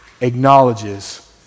acknowledges